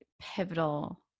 pivotal